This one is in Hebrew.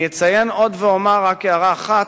אני אציין עוד ואומר רק הערה אחת: